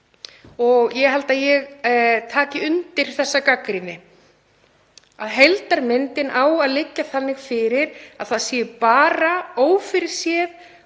Ég held að ég taki undir þá gagnrýni að heildarmyndin eigi að liggja þannig fyrir að það séu bara ófyrirséð,